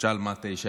תשאל מה 1:9?